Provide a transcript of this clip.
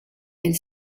elle